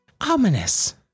ominous